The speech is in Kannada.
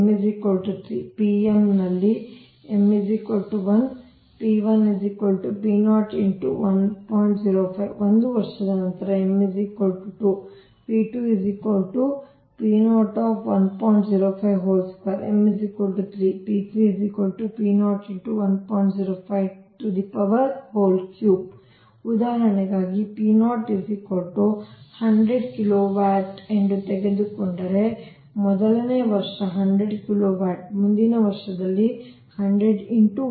m 3 ನಲ್ಲಿ m 1 ಆದರೆ ಒಂದು ವರ್ಷದ ನಂತರ m 2 m 3 ಉದಾಹರಣೆಗಾಗಿ 100 ಕಿಲೋವ್ಯಾಟ್ ಎಂದು ತೆಗೆದುಕೊಂಡರೆ ಮೊದಲನೇ ವರ್ಷ 100 ಕಿಲೋವ್ಯಾಟ್ ಮುಂದಿನ ವರ್ಷದಲ್ಲಿ 100 1